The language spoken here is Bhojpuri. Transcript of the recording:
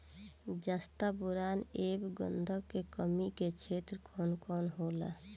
जस्ता बोरान ऐब गंधक के कमी के क्षेत्र कौन कौनहोला?